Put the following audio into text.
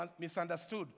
misunderstood